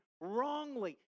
wrongly